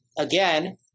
again